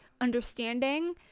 understanding